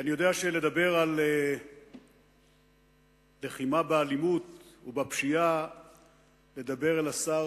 אני יודע שלדבר על לחימה באלימות ובפשיעה אל השר